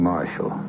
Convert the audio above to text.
Marshall